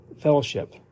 fellowship